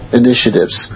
initiatives